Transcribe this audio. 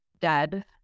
dead